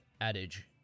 adage